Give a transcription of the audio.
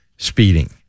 Speeding